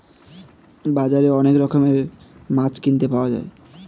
বাজারে অনেক রকমের মাছ কিনতে পাওয়া যায়